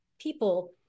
people